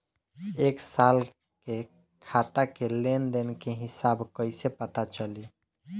एक साल के खाता के लेन देन के हिसाब कइसे पता चली?